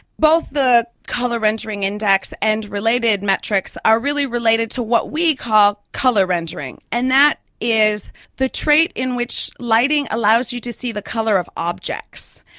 both the colour rendering index and related metrics are really related to what we call colour rendering, and that is the trait in which lighting allows you to see the colour of objects.